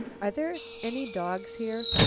are there any dogs here?